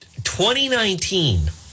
2019